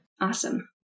Awesome